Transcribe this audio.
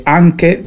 anche